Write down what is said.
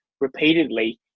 repeatedly